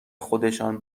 خودشان